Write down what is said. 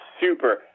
super